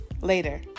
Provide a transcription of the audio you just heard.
Later